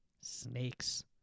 Snakes